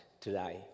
today